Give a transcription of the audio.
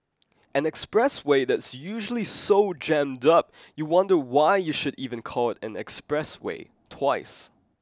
an expressway that is usually so jammed up you wonder why you should even call it an expressway twice